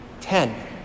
Ten